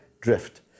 drift